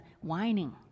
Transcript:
whining